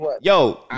Yo